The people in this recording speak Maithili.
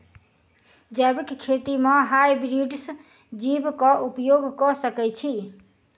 जैविक खेती म हायब्रिडस बीज कऽ उपयोग कऽ सकैय छी?